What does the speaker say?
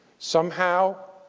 somehow,